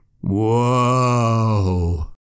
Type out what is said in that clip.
Whoa